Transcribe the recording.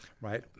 right